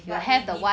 but 你 if